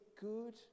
good